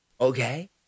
okay